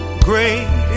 great